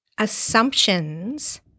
Assumptions